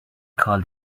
call